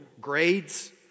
grades